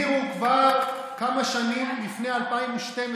הזהירו כבר כמה שנים לפני 2012,